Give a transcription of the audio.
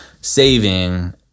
saving